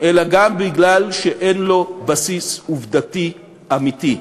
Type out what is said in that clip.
אלא גם מפני שאין לו בסיס עובדתי אמיתי.